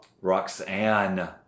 Roxanne